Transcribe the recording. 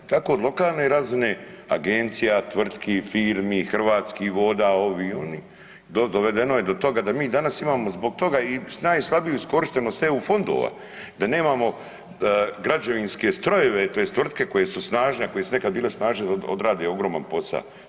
Tako od lokalne razine agencija, tvrtki, firmi, Hrvatskih voda, ovi, oni, dovedeno je do toga da mi danas imamo zbog toga i najslabiju iskorištenost EU fondova, da nemamo građevinske strojeve tj. tvrtke koje su snažne, koje su nekada bile snažne da odrede ogroman posa.